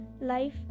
Life